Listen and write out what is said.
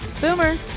boomer